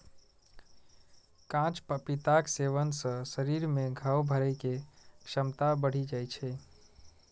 कांच पपीताक सेवन सं शरीर मे घाव भरै के क्षमता बढ़ि जाइ छै